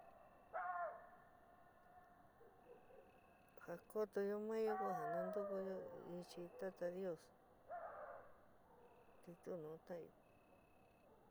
Ja kotoyó maáyo ku ja nantukuyó ichɨó tatá dios te tu nu tan'ií.